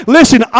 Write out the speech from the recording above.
Listen